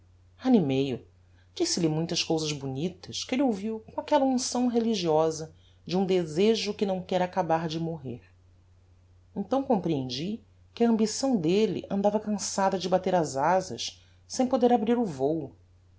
animei o disse-lhe muitas cousas bonitas que elle ouviu com aquella uncção religiosa de um desejo que não quer acabar de morrer então comprehendi que a ambição delle andava cançada de bater as azas sem poder abrir o vôo